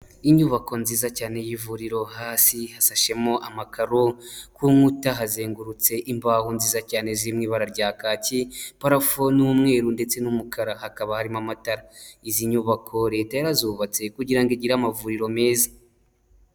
Inyubako nziza cyane y'ivuriro hasi hasashemo amakaro, ku nkuta hazengurutse imbaho nziza cyane ziri mw’ibara rya kaki, parafo n'umweru ndetse n'umukara, hakaba harimo amatara. Izi nyubako leta yarazubatse kugira ngo igire amavuriro meza.